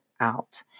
out